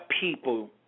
people